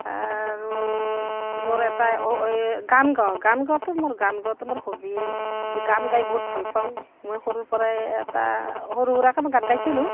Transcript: আৰু মোৰ এটা এই গান গাওঁ গান গোৱাটো মোৰ গান গোৱাটো মোৰ হবীয়ে মই গান গাই বহুত ভাল পাওঁ মই সৰুৰ পৰাই এটা সৰু সুৰাকে মই গান গাইছিলোঁ